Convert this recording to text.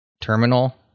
terminal